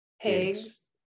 pigs